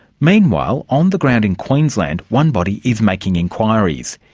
meanwhile, on the ground in queensland, one body is making enquiries.